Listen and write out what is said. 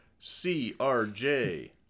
CRJ